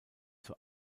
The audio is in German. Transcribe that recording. zur